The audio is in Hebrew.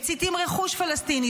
מציתים רכוש פלסטיני,